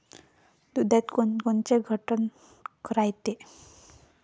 दुधात कोनकोनचे घटक रायते?